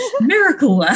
Miracle